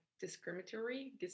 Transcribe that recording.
discriminatory